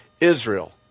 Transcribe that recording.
Israel